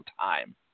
time